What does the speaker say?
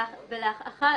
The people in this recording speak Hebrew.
ולאחר